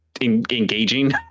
engaging